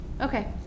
Okay